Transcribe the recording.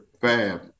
Fab